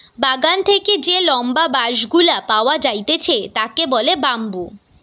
বাগান থেকে যে লম্বা বাঁশ গুলা পাওয়া যাইতেছে তাকে বলে বাম্বু